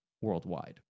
worldwide